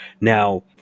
now